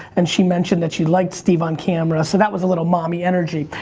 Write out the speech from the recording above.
and she mentioned that she liked steve on camera, so that was a little mommy energy.